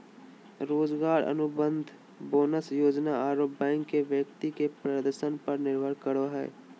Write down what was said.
रोजगार अनुबंध, बोनस योजना आरो बैंक के व्यक्ति के प्रदर्शन पर निर्भर करो हइ